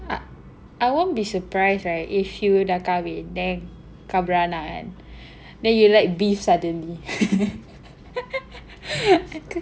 I I won't be surprised right if you dah kawin then kau beranak kan then you like beef suddenly